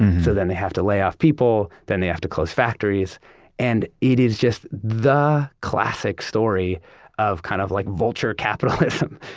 so then they have to lay off people, then they have to close factories and it is just the classic story of kind of like, vulture capitalism.